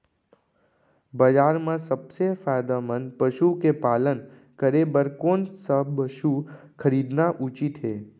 बजार म सबसे फायदामंद पसु के पालन करे बर कोन स पसु खरीदना उचित हे?